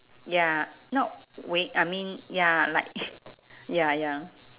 ya no wait I mean ya like ya ya